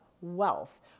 wealth